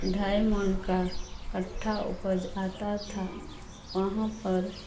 ढाई मोन का कठ्ठा उपज आता था वहाँ पर